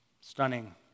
stunning